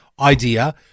idea